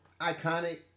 iconic